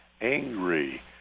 angry